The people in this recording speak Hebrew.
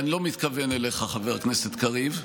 ואני לא מתכוון אליך, חבר הכנסת קריב,